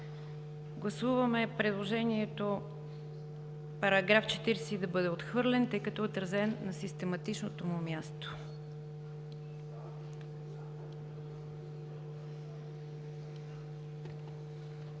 Гласуваме предложението § 40 да бъде отхвърлен, тъй като е отразен на систематичното му място.